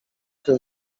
tym